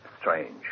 strange